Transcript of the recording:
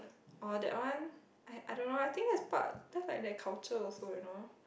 oh that one I I don't know I think is part just like a culture also you know